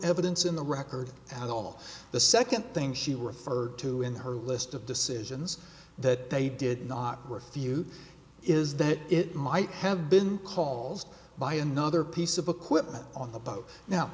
evidence in the record at all the second thing she referred to in her list of decisions that they did not refute is that it might have been caused by another piece of equipment on the boat no